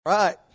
Right